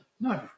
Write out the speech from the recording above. No